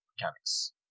mechanics